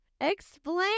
Explain